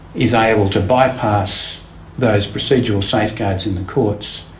is able to bypass those procedural safeguards in the courts,